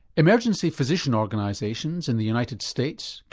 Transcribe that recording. emergency physician organisations in the united states,